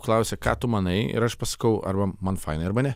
klausia ką tu manai ir aš pasakau arba man fainai arba ne